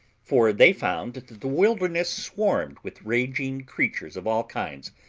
for they found the wilderness swarmed with raging creatures of all kinds,